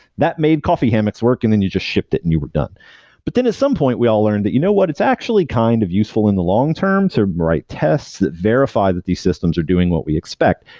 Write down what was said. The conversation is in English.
that made coffee hammocks work, and then you just shipped it and you were done but then at some point we all learned that, you know what, it's actually kind of useful in the long-term to write tests that verify that these systems are doing what we expect.